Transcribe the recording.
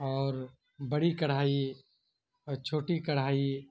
اور بڑی کڑھائی اور چھوٹی کڑھائی